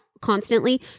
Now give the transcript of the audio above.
constantly